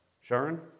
Sharon